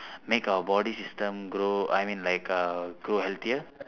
make our body system grow I mean like uh grow healthier